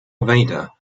vader